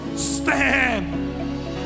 stand